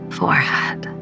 forehead